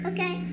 Okay